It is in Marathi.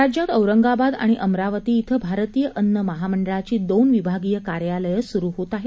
राज्यात औरंगाबाद आणि अमरावती इथं भारतीय अन्न महामंडळाची दोन विभागीय कार्यालयं सुरु होत आहेत